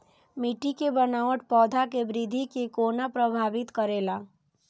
मिट्टी के बनावट पौधा के वृद्धि के कोना प्रभावित करेला?